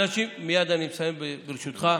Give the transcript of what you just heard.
מייד אני מסיים, ברשותך.